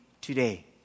today